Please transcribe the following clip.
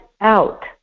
out